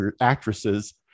actresses